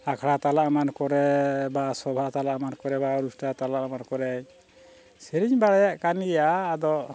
ᱟᱠᱷᱲᱟ ᱛᱟᱞᱟ ᱮᱢᱟᱱ ᱠᱚᱨᱮ ᱵᱟ ᱥᱚᱵᱷᱟ ᱛᱟᱞᱟ ᱮᱢᱟᱱ ᱠᱚᱨᱮ ᱵᱟ ᱩᱞᱥᱴᱟ ᱛᱟᱞᱟ ᱮᱢᱟᱱ ᱠᱚᱨᱮᱜ ᱥᱮᱨᱮᱧ ᱵᱟᱲᱟᱭᱮᱫ ᱠᱟᱱ ᱜᱮᱭᱟ ᱟᱫᱚ